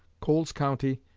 coles county,